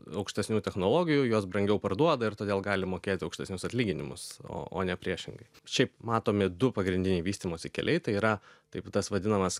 aukštesnių technologijų juos brangiau parduoda ir todėl gali mokėti aukštesnius atlyginimus o o ne priešingai šiaip matomi du pagrindiniai vystymosi keliai tai yra taip tas vadinamas